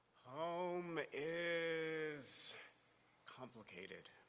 home, is complicated.